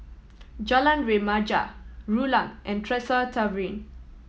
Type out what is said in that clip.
Jalan Remaja Rulang and Tresor Tavern